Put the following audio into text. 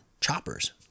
Choppers